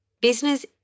business